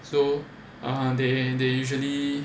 so ah they they usually